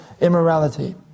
immorality